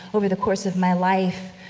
over the course of my life,